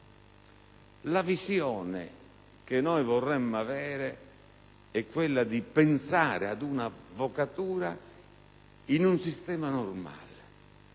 La visione che vorremmo avere è quella di pensare ad una avvocatura in un sistema normale,